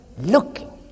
looking